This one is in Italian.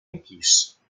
yankees